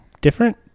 different